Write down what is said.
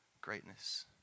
greatness